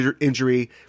injury